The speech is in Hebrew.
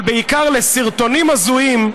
אבל בעיקר לסרטונים הזויים,